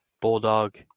Bulldog